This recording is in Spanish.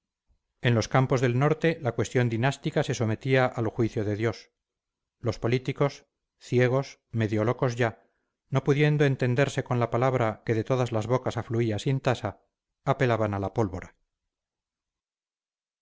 en los campos del norte la cuestión dinástica se sometía al juicio de dios los políticos ciegos medio locos ya no pudiendo entenderse con la palabra que de todas las bocas afluía sin tasa apelaban a la pólvora